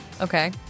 Okay